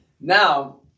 now